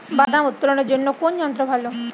বাদাম উত্তোলনের জন্য কোন যন্ত্র ভালো?